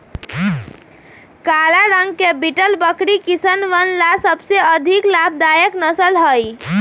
काला रंग के बीटल बकरी किसनवन ला सबसे अधिक लाभदायक नस्ल हई